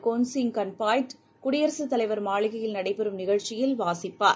கோன்சிங் கான்பாய்ட் குடியரசுத் தலைவர் மாளிகையில் நடைபெறும் நிகழச்சியில் வாசிப்பார்